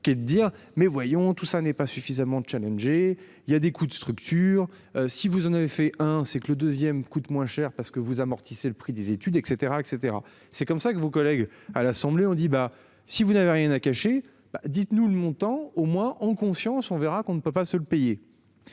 qui est de dire, mais voyons tout ça n'est pas suffisamment Challenge et il y a des coûts de structure si vous en avez fait hein c'est que le 2ème coûte moins cher parce que vous amortissait le prix des études et cetera et cetera c'est comme ça que vos collègues à l'Assemblée on dit bah si vous n'avez rien à cacher. Dites-nous le montant au moins ont conscience, on verra qu'on ne peut pas se le payer.